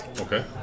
Okay